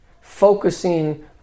Focusing